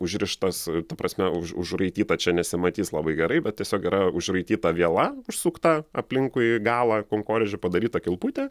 užrištas ta prasme už užraityta čia nesimatys labai gerai bet tiesiog yra išraityta viela užsukta aplinkui galą konkorėžio padaryta kilputė